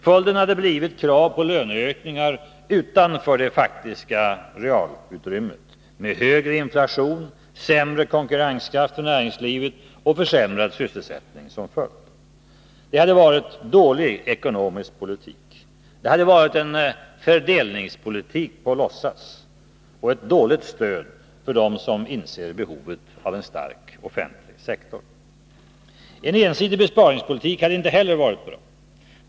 Följden hade blivit krav på löneökningar utanför det faktiska realutrymmet, med högre inflation, sämre konkurrenskraft för näringslivet och försämrad sysselsättning som följd. Det hade varit dålig ekonomisk politik, det hade varit en fördelningspolitik på låtsas och ett dåligt stöd för dem som inser behovet av en stark offentlig sektor. En ensidig besparingspolitik hade inte heller varit bra.